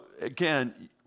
again